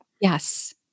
Yes